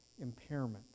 impairment